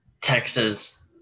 Texas